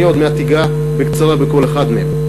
אני עוד מעט אגע בקצרה בכל אחד מהם.